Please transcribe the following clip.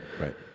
Right